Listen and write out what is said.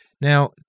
Now